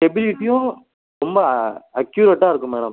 ஸ்டெபிலிட்டியும் ரொம்ப அக்யூரெட்டாக இருக்கும் மேடம்